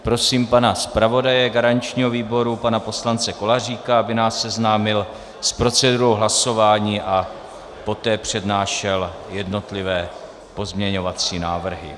Prosím zpravodaje garančního výboru, pana poslance Koláříka, aby nás seznámil s procedurou hlasování a poté přednášel jednotlivé pozměňovací návrhy.